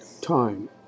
Time